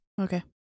okay